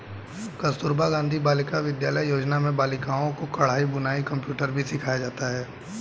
कस्तूरबा गाँधी बालिका विद्यालय योजना में बालिकाओं को कढ़ाई बुनाई कंप्यूटर भी सिखाया जाता है